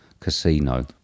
Casino